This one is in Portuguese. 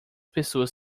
pessoas